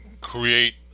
create